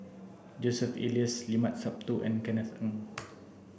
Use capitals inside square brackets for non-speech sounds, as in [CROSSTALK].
Joseph Elias Limat Sabtu and Kenneth Keng [NOISE]